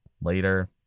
later